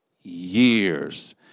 years